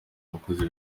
abakozi